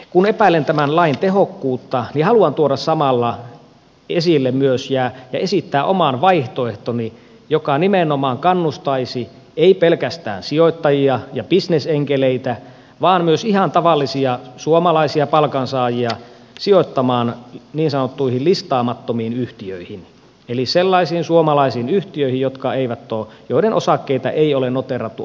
kun epäilen tämän lain tehokkuutta haluan tuoda samalla esille myös ja esittää oman vaihtoehtoni joka nimenomaan kannustaisi ei pelkästään sijoittajia ja bisnesenkeleitä vaan myös ihan tavallisia suomalaisia palkansaajia sijoittamaan niin sanottuihin listaamattomiin yhtiöihin eli sellaisiin suomalaisiin yhtiöihin joiden osakkeita ei ole noteerattu arvopaperipörssissä